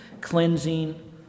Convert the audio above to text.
cleansing